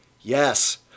Yes